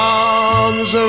arms